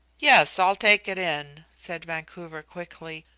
yes, i'll take it in, said vancouver quickly.